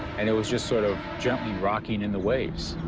and it was just sort of gently rocking in the waves.